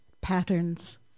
Patterns